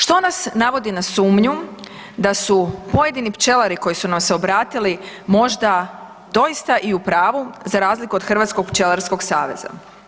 Što nas navodi na sumnju da su pojedini pčelari koji su nam se obratili, možda doista i u pravu za razliku od Hrvatskog pčelarskog saveza?